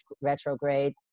retrograde